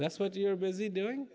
that's what you're busy doing